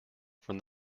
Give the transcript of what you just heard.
from